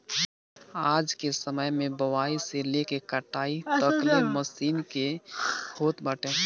आजके समय में बोआई से लेके कटाई तकले मशीन के होत बाटे